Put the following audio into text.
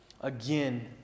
again